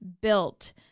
built